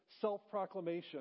self-proclamation